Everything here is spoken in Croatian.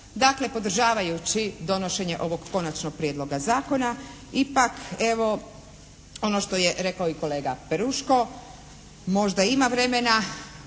Dakle podržavaju donošenje ovog Konačnog prijedloga zakona ipak evo ono što je rekao i kolega Peruško možda ima vremena.